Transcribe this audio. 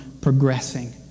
progressing